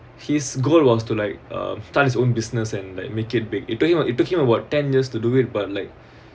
his goal was to like uh start his own business and like make it big you talking about you talking about ten years to do it but like